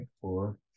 four